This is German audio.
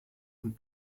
und